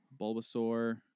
Bulbasaur